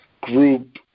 group